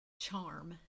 charm